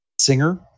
singer